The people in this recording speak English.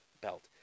belt